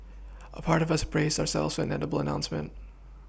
a part of us braced ourselves inevitable announcement